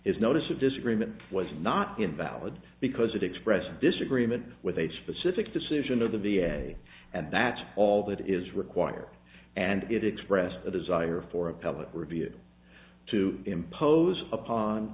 is notice of disagreement was not invalid because it expresses disagreement with a specific decision of the v a and that's all that is required and it expressed a desire for appellate review to impose upon